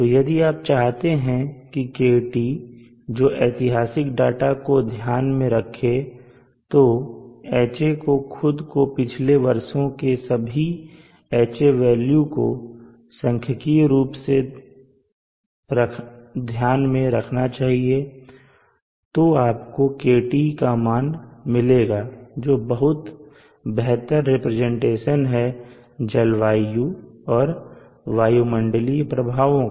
तो यदि आप चाहते हैं कि KT जो ऐतिहासिक डाटा को ध्यान में रखे तो Ha को खुद को पिछले वर्षों के सभी Ha वेल्यू को सांख्यिकीय रूप से ध्यान में रखना चाहिए तो आपको KT का मान मिलेगा जो बहुत बेहतर रीप्रेजेंटेशन है जलवायु और वायुमंडलीय प्रभावों का